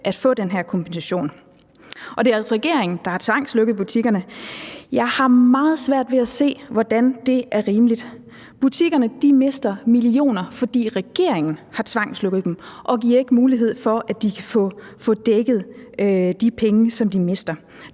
at få den her kompensation. Og det er altså regeringen, der har tvangslukket butikkerne. Jeg har meget svært ved at se, hvordan det er rimeligt. Butikkerne mister millioner, fordi regeringen har tvangslukket dem og ikke giver mulighed for, at de kan få dækket de tab, som de har.